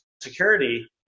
security